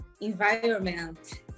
environment